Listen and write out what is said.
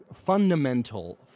fundamental